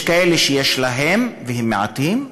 יש כאלה שיש להם, והם מעטים,